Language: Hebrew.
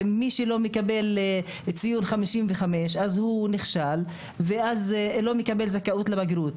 מי שלא מקבל ציון 55 נכשל ולא מקבל זכאות לבגרות.